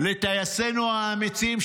לטייסינו האמיצים,